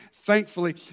thankfully